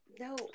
no